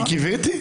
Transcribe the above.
קיוויתי.